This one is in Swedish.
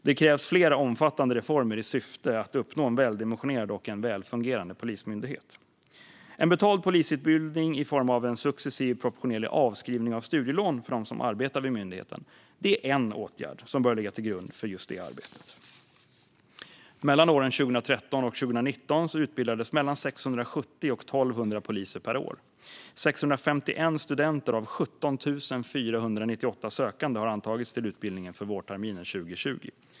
Det krävs flera omfattande reformer i syfte att uppnå en väl dimensionerad och väl fungerande polismyndighet. En betald polisutbildning i form av en successiv proportionerlig avskrivning av studielån för dem som arbetar i myndigheten är en åtgärd som bör ligga till grund för just det arbetet. Åren 2013 till 2019 utbildades mellan 670 och 1 200 poliser per år. 651 studenter av 17 498 sökande har antagits till utbildningen för vårterminen 2020.